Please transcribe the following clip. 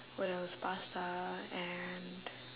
what else pasta and